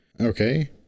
okay